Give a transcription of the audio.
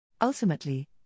Ultimately